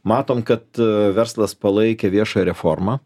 matom kad verslas palaikė viešąją reformą